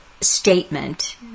statement